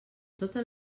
totes